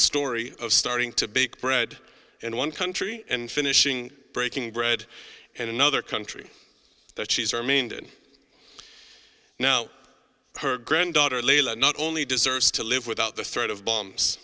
story of starting to bake bread in one country and finishing breaking bread and another country that she's remained in now her granddaughter layla not only deserves to live without the threat of bombs